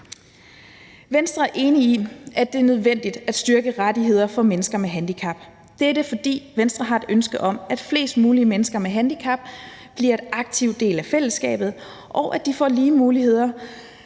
Venstre er enig i, at det er nødvendigt at styrke rettigheder for mennesker med handicap. Det er vi, fordi Venstre har et ønske om, at flest mulige mennesker med handicap bliver en aktiv del af fællesskabet, og at de får lige muligheder